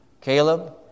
Caleb